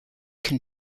can